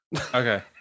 okay